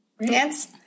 Yes